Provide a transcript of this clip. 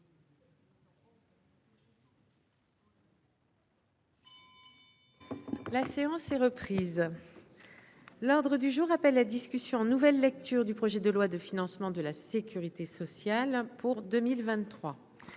La séance est reprise, l'ordre du jour appelle la discussion en nouvelle. Toujours du projet de loi de financement de la Sécurité sociale pour 2023